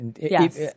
Yes